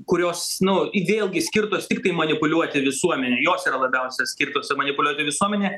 kurios nu vėlgi skirtos tiktai manipuliuoti visuomene jos yra labiausiai skirtos manipuliuoti visuomene